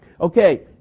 okay